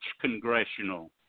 congressional